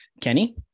kenny